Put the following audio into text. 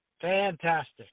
Fantastic